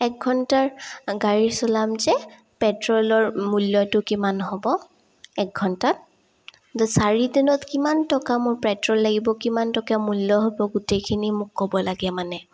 এক ঘণ্টাৰ গাড়ী চলাম যে পেট্ৰলৰ মূল্যটো কিমান হ'ব এক ঘণ্টাত চাৰিদিনত কিমান টকা মোৰ পেট্ৰল লাগিব কিমান টকা মূল্য হ'ব গোটেইখিনি মোক ক'ব লাগে মানে